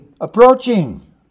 approaching